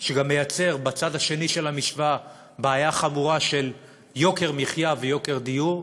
שגם מייצר בצד השני של המשוואה בעיה חמורה של יוקר מחיה ויוקר דיור,